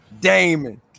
Damon